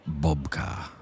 Bobka